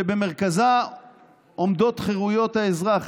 שבמרכזה עומדות חירויות האזרח,